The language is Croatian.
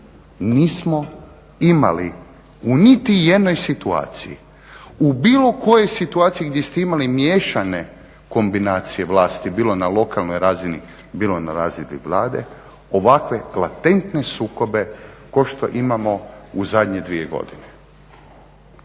nismo imali u niti jednoj situaciji u bilo kojoj situaciji gdje ste imali miješane kombinacije vlasti bilo na lokalnoj razini bilo na razini Vlade ovakve latentne sukobe kao što imamo u zadnje dvije godine.